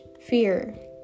fear